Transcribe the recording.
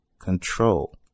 control